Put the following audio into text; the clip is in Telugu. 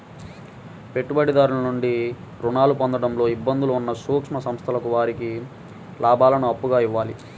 పెట్టుబడిదారుల నుండి రుణాలు పొందడంలో ఇబ్బందులు ఉన్న సూక్ష్మ సంస్థలకు వారి లాభాలను అప్పుగా ఇవ్వాలి